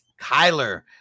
Kyler